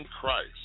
Christ